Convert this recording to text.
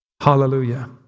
Hallelujah